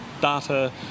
data